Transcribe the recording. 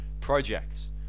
projects